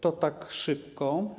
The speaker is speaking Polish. To tak szybko.